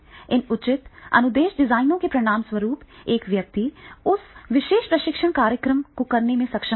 इन उचित अनुदेश डिजाइनों के परिणामस्वरूप एक व्यक्ति उस विशेष प्रशिक्षण कार्यक्रम को करने में सक्षम होगा